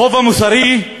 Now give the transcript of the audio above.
החוב המוסרי,